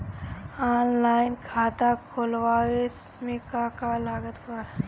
Online खाता खुलवावे मे का का लागत बा?